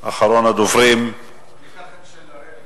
אני אקח את של אריאל